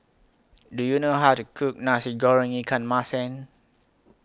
Do YOU know How to Cook Nasi Goreng Ikan Masin